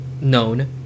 known